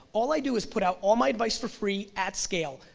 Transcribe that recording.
all i do is put out all my advice for free, at scale,